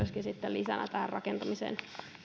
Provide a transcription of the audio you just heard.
lisänä tähän rakentamiseen